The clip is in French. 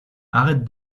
arrête